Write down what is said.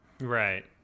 right